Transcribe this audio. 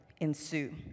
ensue